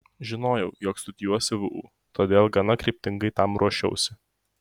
žinojau jog studijuosiu vu todėl gana kryptingai tam ruošiausi